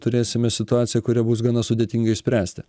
turėsime situaciją kuria bus gana sudėtinga išspręsti